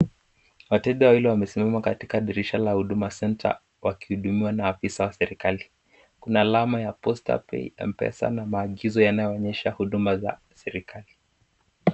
Watenja wawili wamesimama katika dirisha la huduma center, wakihudumiwa na maafisa wa serekali. Kuna alama ya Poster pay,(cs), Mpesa na maagizo yanayoonyesha huduma za serekali.